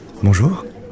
Bonjour